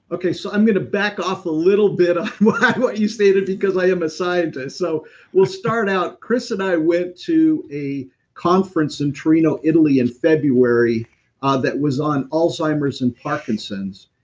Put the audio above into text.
so i'm going to back off a little bit on what you stated, because i am a scientist. so we'll start out, chris and i went to a conference in turin, ah italy in february ah that was on alzheimer's and parkinson's.